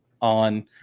on